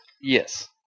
Yes